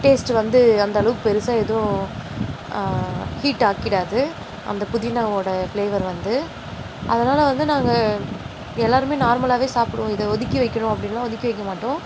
taste வந்து அந்தளவுக்கு பெருசாக எதுவும் ஹீட் ஆக்கிவிடாது அந்த புதினாவோடய ஃப்ளேவர் வந்து அதனால் வந்து நாங்கள் எல்லோருமே நார்மலாகவே சாப்பிடுவோம் இதை ஒதுக்கி வைக்கணும் அப்படின்லாம் ஒதுக்கி வைக்க மாட்டோம்